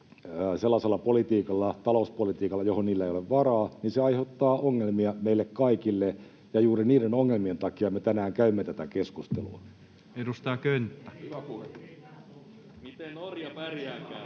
sellaisella talouspolitiikalla, johon niillä ei ole varaa, aiheuttaa ongelmia meille kaikille, ja juuri niiden ongelmien takia me tänään käymme tätä keskustelua. [Välihuutoja vasemmalta — Perussuomalaisten ryhmästä: Miten Norja pärjääkään!]